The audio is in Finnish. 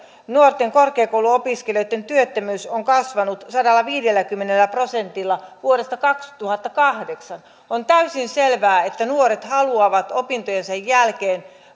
nuorten korkeakouluopiskelijoittemme työttömyys on kasvanut sadallaviidelläkymmenellä prosentilla vuodesta kaksituhattakahdeksan on täysin selvää että nuoret haluavat opintojensa jälkeen